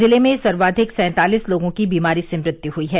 जिले में सर्वाधिक सैंतालीस लोगों की बीमारी से मृत्यु हुई है